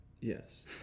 Yes